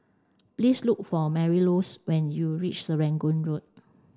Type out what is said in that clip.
please look for Marylouise when you reach Serangoon Road